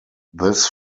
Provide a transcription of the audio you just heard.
this